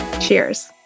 Cheers